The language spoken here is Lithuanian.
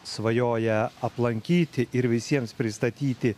svajoja aplankyti ir visiems pristatyti